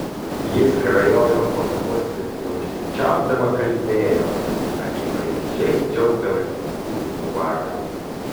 ji skrajojo po namus ir neužsičiaupdama kalbėjo akivaizdžiai džiaugdamasi būsimu vakaru